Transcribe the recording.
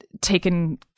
taken